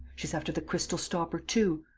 she's after the crystal stopper too!